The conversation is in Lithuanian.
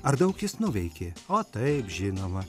ar daug jis nuveikė o taip žinoma